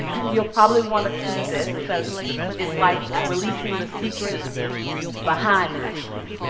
you'll probably wanna tweet this because it's like releasing the secret behind the secret.